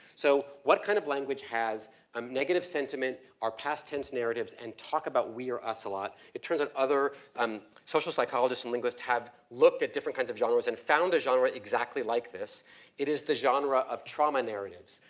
so, what kind of language has a um negative sentiment, are past tense narratives and talk about we or us a lot? it turns out other um social psychologists and linguists have looked at different kinds of genres and found a genre exactly like this. it is the genre of trauma narratives.